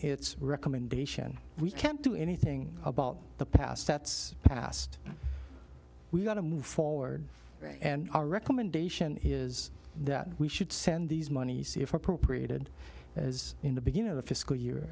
its recommendation we can't do anything about the past that's past we've got to move forward and our recommendation is that we should send these moneys if appropriated as in the beginning of the fiscal y